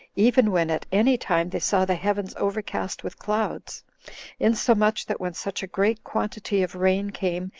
even when at any time they saw the heavens overcast with clouds insomuch that when such a great quantity of rain came,